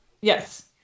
Yes